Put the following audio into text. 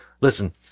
listen